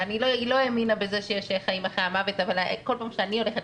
והיא לא האמינה בזה שיש חיים אחרי המוות אבל כל פעם שאני הולכת